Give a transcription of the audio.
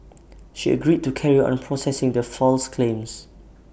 she agreed to carry on processing the false claims